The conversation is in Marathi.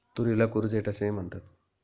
तुरीला कूर्जेट असेही म्हणतात